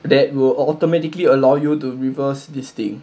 that will automatically allow you to reverse this thing